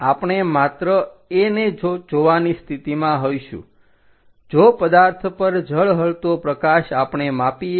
આપણે માત્ર A ને જ જોવાની સ્થિતિમાં હોઈશું જો પદાર્થ પર ઝળહળતો પ્રકાશ આપણે આપીએ